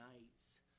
nights